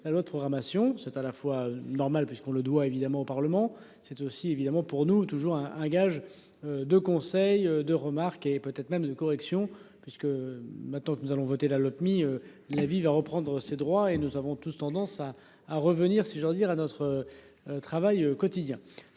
la loi de programmation c'est à la fois normal puisqu'on le doit évidemment au Parlement. C'est aussi évidemment pour nous toujours un, un gage de conseil de remarques et peut-être même de correction puisque maintenant que nous allons voter la Lopmi la vie va reprendre ses droits et nous avons tous tendance à à revenir si j'ose dire à notre. Travail quotidien